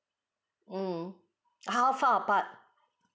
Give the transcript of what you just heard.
mm how far but